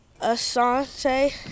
Asante